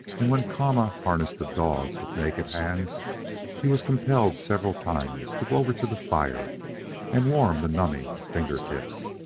and when kama harnessed the dogs with naked hands he was compelled several times to go over to the fire and warm the numbing finger-tips.